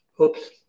oops